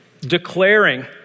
declaring